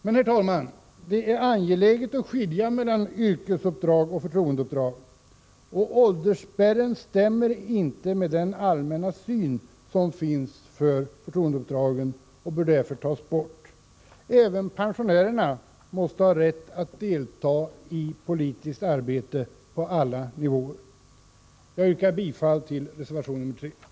Men, herr talman, det är angeläget att skilja mellan yrkesuppdrag och förtroendeuppdrag, och åldersspärren stämmer inte med den allmänna syn som finns för förtroendeuppdrag och bör därför tas bort. Även pensionärer måste ha rätt att delta i politiskt arbete på alla nivåer. Jag yrkar bifall till reservation 3.